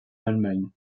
allemagne